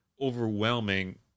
overwhelming